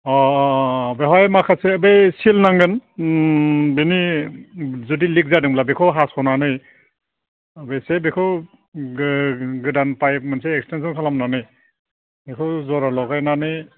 अह अह बेहाय माखासे बे सिल नांगोन ओम बेनि जुदि लिक जादोंब्ला बेखौ हास'नानै एसे बेखौ गोदान पाइप मोनसे एक्सटेनसन खालामनानै बेखौ जरा लगायनानै